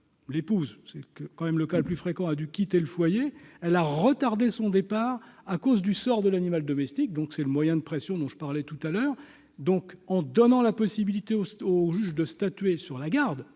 l'épouse, c'est que quand même le cas le plus fréquent, a dû quitter le foyer, elle a retardé son départ à cause du sort de l'animal domestique, donc c'est le moyen de pression dont je parlais tout à l'heure donc, en donnant la possibilité au juge de statuer sur la garde